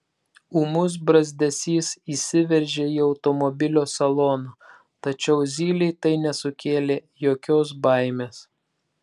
ūmus brazdesys įsiveržė į automobilio saloną tačiau zylei tai nesukėlė jokios baimės